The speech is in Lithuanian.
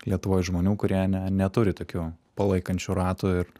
lietuvoj žmonių kurie ne neturi tokių palaikančių ratų ir